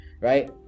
right